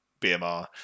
BMR